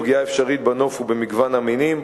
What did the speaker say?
פגיעה אפשרית בנוף ובמגוון המינים,